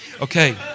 Okay